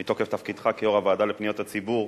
מתוקף תפקידך כיושב-ראש הוועדה לפניות הציבור,